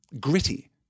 gritty